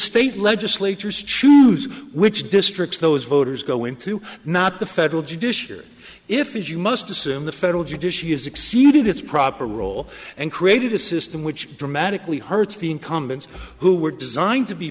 state legislatures choose which districts those voters go into not the federal judiciary if as you must assume the federal judiciary exceeded its proper role and created a system which dramatically hurts the incumbents who were designed to be